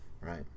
Right